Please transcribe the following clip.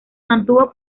mantuvo